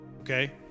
Okay